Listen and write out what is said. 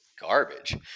garbage